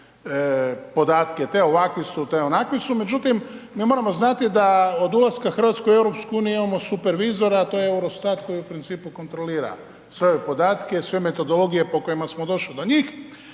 te ovakvi su, te onakvi su. Međutim, mi moramo znati da od ulaska Hrvatske u EU imamo supervizora a to je Eurostat koji u principu kontrolira sve ove podatke, sve metodologije po kojima smo došli do njih.